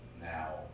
now